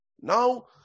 Now